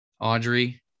Audrey